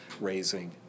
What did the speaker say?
raising